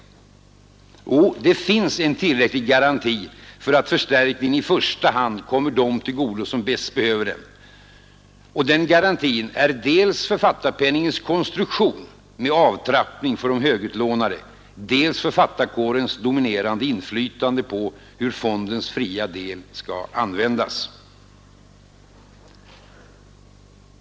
Jo, det finns en tillräcklig garanti för att förstärkningen i första hand kommer dem till godo som bäst behöver den — och den garantin är dels författarpenningens konstruktion med avtrappning för de högutlånade, dels författarkårens dominerande inflytande på hur fondens fria del skall användas.